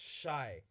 shy